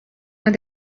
and